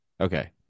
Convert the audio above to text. Okay